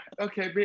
Okay